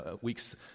week's